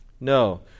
No